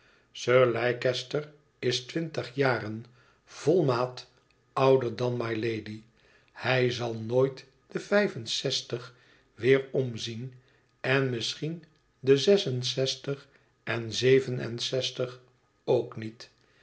sir leicester is twintig jaren volle maat ouder dan mylady hij zal nooit de vijf en zestig weerom zien en misschien de zes en zestig en zeven en zestig ook niet